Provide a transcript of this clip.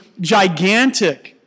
gigantic